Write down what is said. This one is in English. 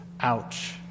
ouch